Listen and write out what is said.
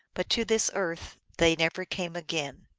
but to this earth they never came again.